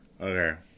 Okay